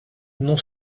non